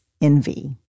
envy